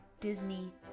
disney